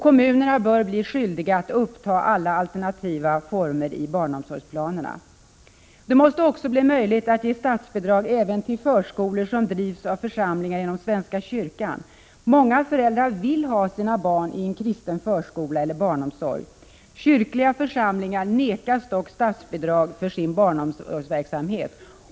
Kommunerna bör bli skyldiga att uppta alla alternativa omsorgsformer i barnomsorgsplanerna. Det måste också bli möjligt att ge statsbidrag även till förskolor som drivs av församlingar inom svenska kyrkan. Många föräldrar vill ha sina barn i en kristen förskola eller barnomsorg. Kyrkliga församlingar nekas dock statsbidrag för sin barnomsorgsverksamhet.